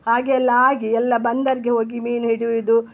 ಹಾಗೆ ಎಲ್ಲ ಆಗಿ ಎಲ್ಲ ಬಂದೋರ್ಗೆ ಹೋಗಿ ಮೀನು ಹಿಡ್ಯುವುದು